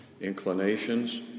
inclinations